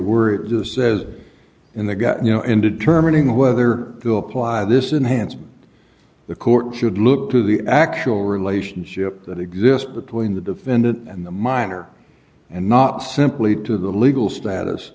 to says in the got you know in determining whether to apply this enhanced the court should look to the actual relationship that exists between the defendant and the minor and not simply to the legal status